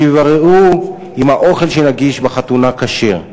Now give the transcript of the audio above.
שיבררו אם האוכל שנגיש בחתונה כשר,